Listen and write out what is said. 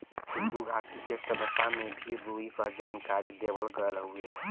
सिन्धु घाटी के सभ्यता में भी रुई क जानकारी देवल गयल हउवे